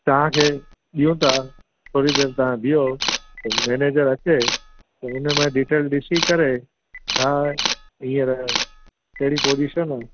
तव्हांखे ॾियूं था थोरी देरि तव्हां बीहो मैनेजर अचे त उनमां डिटेल ॾिसी करे छा हींअर कहिड़ी पोज़ीशन आहे